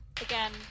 Again